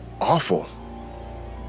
awful